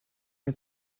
mir